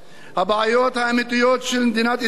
הבעיות האמיתיות של מדינת ישראל,